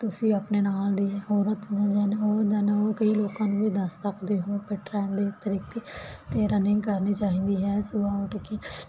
ਤੁਸੀਂ ਆਪਣੇ ਨਾਲ ਦੀ ਹੋਰ ਥੋੜਾ ਜਿਹਾ ਹੋਰ ਦਿਨ ਹੋ ਕਈ ਲੋਕਾਂ ਨੂੰ ਵੀ ਦੱਸ ਸਕਦੇ ਤਰੀਕੇ ਤੇਰਾ ਨਹੀਂ ਕਰਨੀ ਚਾਹੀਦੀ ਹੈ ਸੁਬਹਾ ਉੱਠ ਕੇ